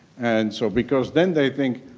and so, because then they think,